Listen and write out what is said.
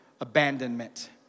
abandonment